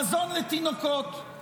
מזון לתינוקות.